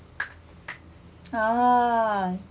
ah